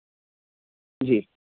جی